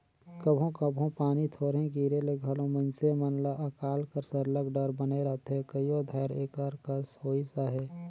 कभों कभों पानी थोरहें गिरे ले घलो मइनसे मन ल अकाल कर सरलग डर बने रहथे कइयो धाएर एकर कस होइस अहे